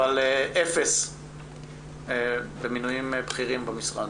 אבל אפס במינוים בכירים במשרד.